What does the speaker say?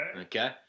Okay